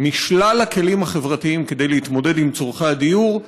משלל הכלים החברתיים כדי להתמודד עם צורכי הדיור,